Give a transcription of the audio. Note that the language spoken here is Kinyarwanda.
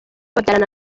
babyarana